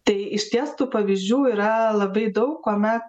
tai išties tų pavyzdžių yra labai daug kuomet